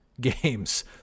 games